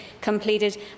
completed